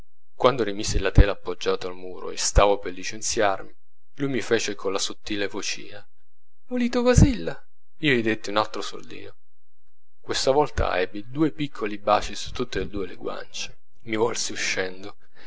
quando rimisi la tela appoggiata al muro e stavo per licenziarmi lui mi fece con la sottile vocina vulite o vasillo io gli detti un altro soldino questa volta ebbi due piccoli baci su tutte e due le guance mi volsi uscendo